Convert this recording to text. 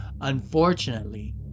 Unfortunately